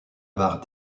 barre